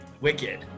Wicked